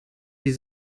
wir